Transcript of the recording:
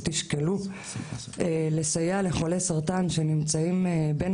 זה תשקלו לסייע לחולי סרטן שנמצאים בין